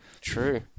True